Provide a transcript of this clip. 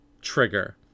trigger